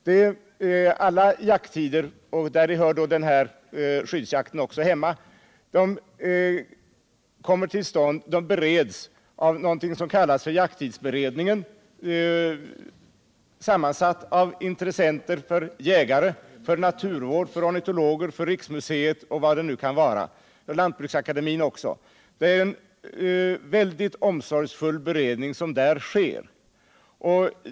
Alla frågor om jakttider — också när det gäller den här skyddsjakten i min hemtrakt — bereds av ett organ som kallas för jakttidsberedningen, sammansatt av representanter för jägare, naturvårdsverket, ornitologer, riksmuseet, lantbruksakademien m.fl. intressegrupper. Det är en mycket omsorgsfull beredning som där görs.